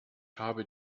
habe